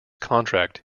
contract